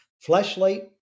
flashlight